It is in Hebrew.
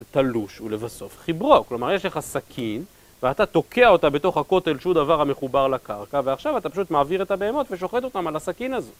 תלוש ולבסוף חברוק, כלומר יש לך סכין ואתה תוקע אותה בתוך הכותל שום דבר המחובר לקרקע ועכשיו אתה פשוט מעביר את הבהמות ושוחט אותם על הסכין הזאת